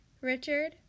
Richard